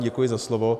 Děkuji za slovo.